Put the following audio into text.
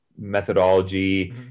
methodology